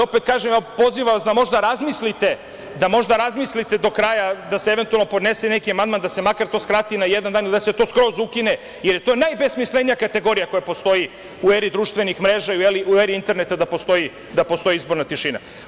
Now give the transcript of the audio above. Opet kažem, evo pozivam vas da možda razmislite do kraja da se, eventualno, podnese neki amandman da se, makar to skrati na jedna dan ili da se to skroz ukine, jer je to najbesmislenija kategorija koja postoji u eri društvenih mreži i u eri interneta, da postoji izborna tišina.